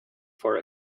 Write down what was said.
for